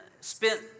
spent